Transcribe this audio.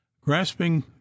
grasping